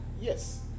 Yes